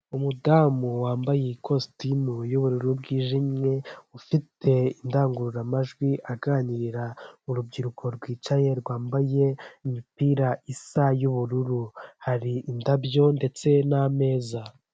Umugabo wambaye ikoti ry'ikigina afite icyuma ndangurura majwi mu kuboko kw'iburyo bwe, ahagaze impande y'akameza k'ikirahure kateretsweho terefone ndetse n'udutabo, ari imbere y'abantu bicaye, inyuma yabo hakaba hariho icyapa gisize ibara ry'umweru, ndetse n'ubururu cyanditsweho amagambo ari mu rurimi rw'ikinyarwanda.